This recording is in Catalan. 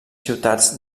ciutats